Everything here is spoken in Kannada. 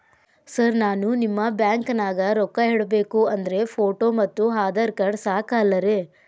ಸರ್ ನಾನು ನಿಮ್ಮ ಬ್ಯಾಂಕನಾಗ ರೊಕ್ಕ ಇಡಬೇಕು ಅಂದ್ರೇ ಫೋಟೋ ಮತ್ತು ಆಧಾರ್ ಕಾರ್ಡ್ ಸಾಕ ಅಲ್ಲರೇ?